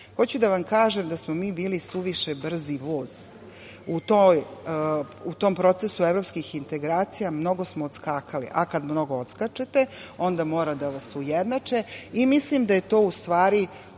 Hoću da vam kažem da smo mi bili suviše brzi voz, u tom procesu evropskih integracija mnogo smo odskakali. Kada mnogo odskačete, onda mora da vas ujednače. Mislim da je to u stvari